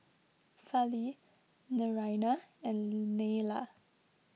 Fali Naraina and Neila